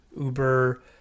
Uber